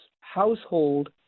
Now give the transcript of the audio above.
household